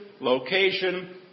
location